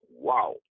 wow